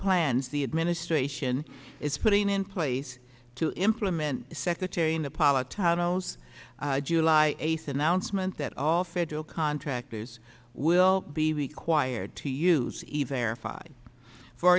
plans the administration is putting in place to implement secretary in the polock tunnels july eighth announcement that all federal contractors will be required to use